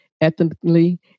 ethnically